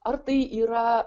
ar tai yra